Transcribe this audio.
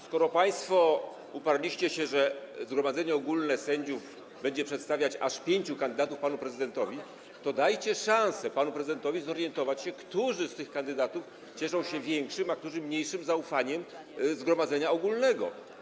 Skoro państwo uparliście się, że zgromadzenie ogólne sędziów będzie przedstawiać aż pięciu kandydatów panu prezydentowi, to dajcie szansę panu prezydentowi zorientować się, którzy z tych kandydatów cieszą się większym, a którzy mniejszym zaufaniem zgromadzenia ogólnego.